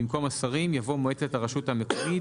במקום השרים יבואו מועצת הרשות המקומית